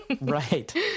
Right